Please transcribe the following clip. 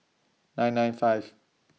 nine nine five